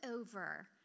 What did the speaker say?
over